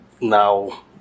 now